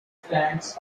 flanks